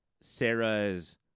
Sarah's